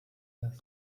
this